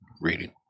Reading